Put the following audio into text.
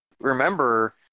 remember